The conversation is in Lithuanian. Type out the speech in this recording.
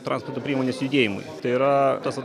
transporto priemonės judėjimui tai yra tas